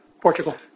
Portugal